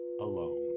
alone